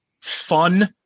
fun